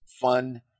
fun